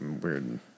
weird